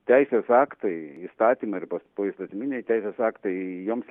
teisės aktai įstatymai ar pas poįstatyminiai teisės aktai joms